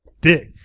Dick